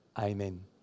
Amen